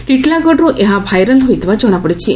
ଟିଟିଲାଗଡରୁ ଏହା ଭାଇରାଲ ହୋଇଥିବା ଜଶାପଡିଛି